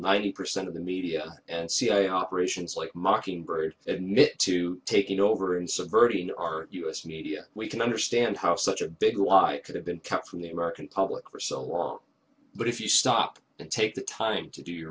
ninety percent of the media and cia operations like mockingbird admit to taking over and subverting our us media we can understand how such a big lie could have been kept from the american public for so long but if you stop and take the time to do